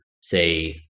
say